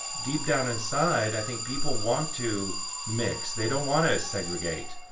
deep down inside, i think people want to mix. they don't want to segregate,